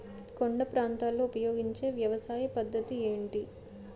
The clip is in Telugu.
కొండ ప్రాంతాల్లో ఉపయోగించే వ్యవసాయ పద్ధతి ఏంటి?